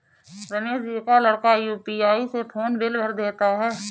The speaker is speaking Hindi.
रमेश जी का लड़का यू.पी.आई से फोन बिल भर देता है